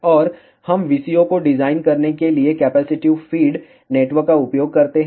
और हम VCO को डिजाइन करने के लिए कैपेसिटिव फीड नेटवर्क का उपयोग करते हैं